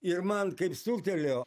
ir man kaip suktelėjo